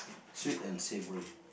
sweet and savoury